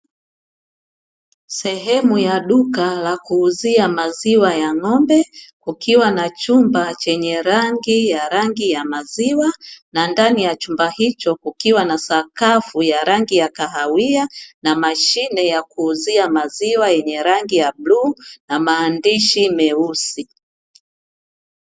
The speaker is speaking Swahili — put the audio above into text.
Sehemu ya duka la kuuzia maziwa ya ng'ombe, kukiwa na chumba chenye rangi ya rangi ya maziwa, na ndani ya chumba hicho kukiwa na sakafu ya rangi ya kahawia, na mashine ya kuuzia maziwa yenye rangi ya bluu na maandishi meusi.